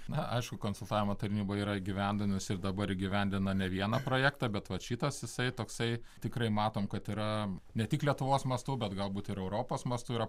na aišku konsultavimo tarnyba yra įgyvendinusi ir dabar įgyvendina ne vieną projektą bet vat šitas jisai toksai tikrai matom kad yra ne tik lietuvos mastu bet galbūt ir europos mastu yra